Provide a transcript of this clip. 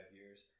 years